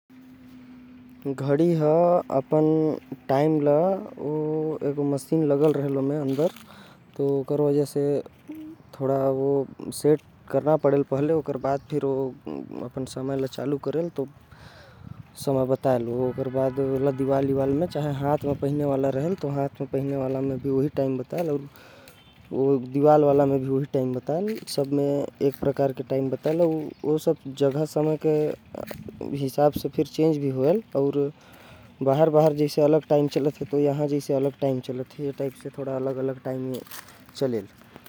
घड़ी म मशीन लगे रहथे जे हर सही समय बताथे। पहिले घड़ी ल सेट करना पड़थे ओकर बाद। ओके दीवाल म टांग दा या हाथ म पहिन। ल दुनो म फिर ओ सही समय बताए लागथे। हर जगह के अलग अलग टाइम होथे। अउ घड़ी हर सब जगह के हिसाब से समय बताथे।